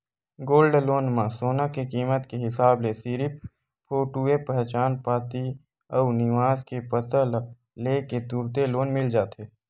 gold loan म सोना के कीमत के हिसाब ले सिरिफ फोटूए पहचान पाती अउ निवास के पता ल ले के तुरते लोन मिल जाथे